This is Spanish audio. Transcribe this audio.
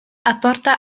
aporta